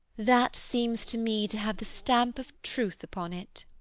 that seems to me to have the stamp of truth upon it.